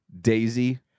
Daisy